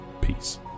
Peace